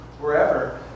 wherever